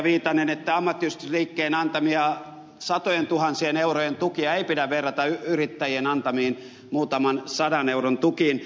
viitanen että ammattiyhdistysliikkeen antamia satojentuhansien eurojen tukia ei pidä verrata yrittäjien antamiin muutaman sadan euron tukiin